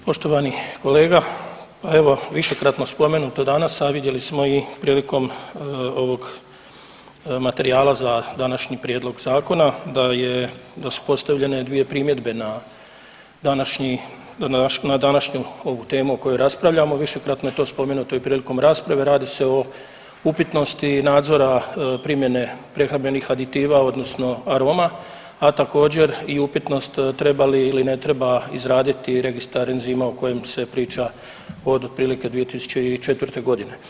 Poštovani kolega, pa evo višekratno spomenuto danas, a vidjeli smo i prilikom ovog materijala za današnji prijedlog zakona da su postavljene dvije primjedbe na današnju ovu temu o kojoj raspravljamo, višekratno je to spomenuto i prilikom rasprave, radi se o upitnosti nadzora primjene prehrambenih aditiva odnosno aroma, a također i upitnost treba li ili ne treba izraditi registar enzima o kojem se priča od otprilike 2004.g.